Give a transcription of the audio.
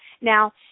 Now